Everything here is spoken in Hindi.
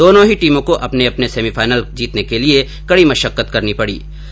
दोनों ही टीमों को अपने अपने सेमीफाइनल जीतने के लिए कडी मशक्त करनी पड़ी थी